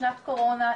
בשנת קורונה,